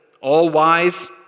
all-wise